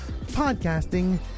podcasting